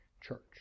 church